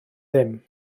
ddim